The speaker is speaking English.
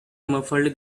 muffled